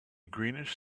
greenish